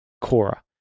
Cora